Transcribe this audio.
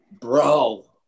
Bro